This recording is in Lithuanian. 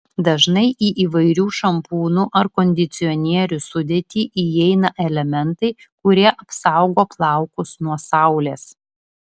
dažnai į įvairių šampūnų ar kondicionierių sudėtį įeina elementai kurie apsaugo plaukus nuo saulės